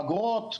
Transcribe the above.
אגרות,